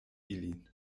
ilin